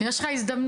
יש לך הזדמנות.